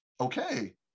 okay